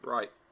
Right